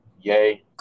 yay